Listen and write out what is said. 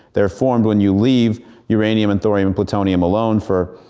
they're formed when you leave uranium and thorium and plutonium alone for,